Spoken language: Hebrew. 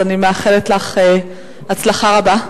אני מאחלת לך הצלחה רבה.